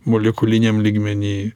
molekuliniam lygmeny